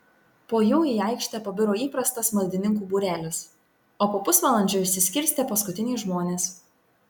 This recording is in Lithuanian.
po jų į aikštę pabiro įprastas maldininkų būrelis o po pusvalandžio išsiskirstė paskutiniai žmonės